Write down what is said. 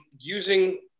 using